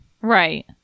Right